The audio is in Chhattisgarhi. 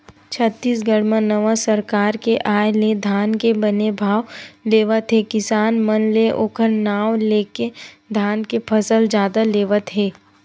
छत्तीसगढ़ म नवा सरकार के आय ले धान के बने भाव लेवत हे किसान मन ले ओखर नांव लेके धान के फसल जादा लेवत हे